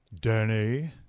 Danny